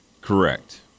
Correct